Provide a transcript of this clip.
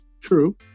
True